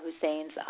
Hussein's